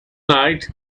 night